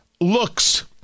looks